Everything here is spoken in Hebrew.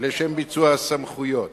לשם ביצוע הסמכויות.